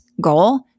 goal